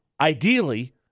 ideally